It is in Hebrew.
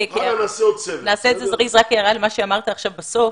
נעשה את זה זריז, רק הערה למה שאמרת עכשיו בסוף.